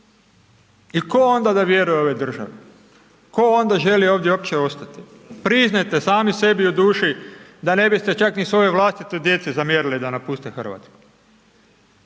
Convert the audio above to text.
i tko onda da vjeruje ovoj državi, tko onda želi ovdje uopće ostati, priznajte sami sebi u duši da ne biste čak ni svojoj vlastitoj djeci zamjerili da napuste RH, što